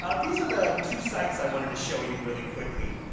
ah these are the two sites i wanted to show you really quickly.